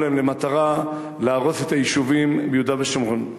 להן למטרה להרוס את היישובים ביהודה ושומרון.